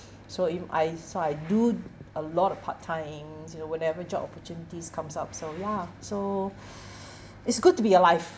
so if I so I do a lot of part times you know whatever job opportunities comes up so ya so it's good to be alive